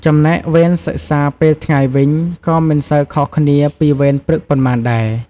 ចំណែកវេនសិក្សាពេលថ្ងៃវិញ ក៏មិនសូវខុសគ្នាពីវេនព្រឹកប៉ុន្មានដែរ។